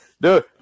Dude